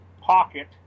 pocket